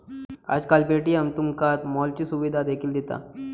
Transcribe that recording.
आजकाल पे.टी.एम तुमका मॉलची सुविधा देखील दिता